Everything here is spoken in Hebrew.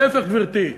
להפך, גברתי,